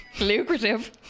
lucrative